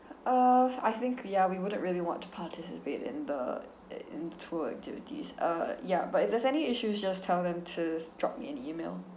uh I think ya we wouldn't really want to participate in the uh in the tour activities uh ya but if there's any issues just tell them to drop me an email